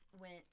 went